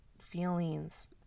feelings